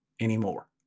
anymore